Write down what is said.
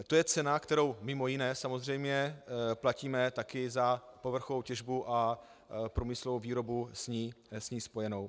To je cena, kterou, mimo jiné samozřejmě, platíme taky za povrchovou těžbu a průmyslovou výrobu s ní spojenou